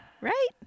right